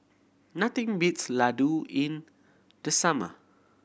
nothing beats Ladoo in the summer